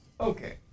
Okay